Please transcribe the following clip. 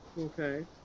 Okay